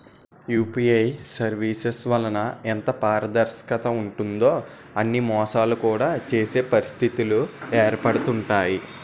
UPI services వలన ఎంత పారదర్శకత ఉంటుందో అని మోసాలు కూడా చేసే పరిస్థితిలు ఏర్పడుతుంటాయి